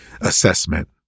assessment